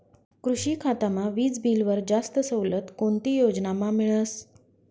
कृषी खातामा वीजबीलवर जास्त सवलत कोणती योजनामा मिळस?